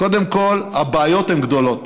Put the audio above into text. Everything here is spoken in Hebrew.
קודם כול, הבעיות הן גדולות,